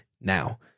now